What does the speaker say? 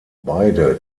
beide